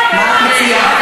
מה את מציעה?